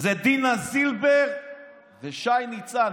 זה דינה וזילבר ושי ניצן.